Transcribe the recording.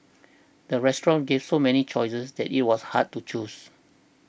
the restaurant gave so many choices that it was hard to choose